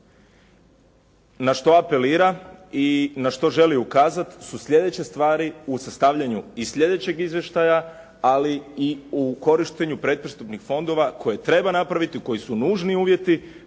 na što apelira i na što želi ukazati su sljedeće stvari u sastavljanju i sljedećeg izvještaja, ali i u korištenju predpristupnih fondova koje treba napraviti, koji su nužni uvjeti